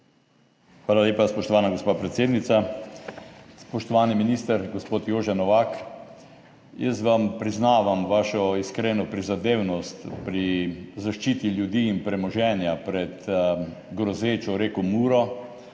Hvala lepa, spoštovana gospa predsednica. Spoštovani minister gospod Jože Novak, jaz vam priznavam vašo iskreno prizadevnost pri zaščiti ljudi in premoženja pred grozečo reko Muro.